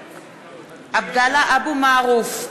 (קוראת בשמות חברי הכנסת) עבדאללה אבו מערוף,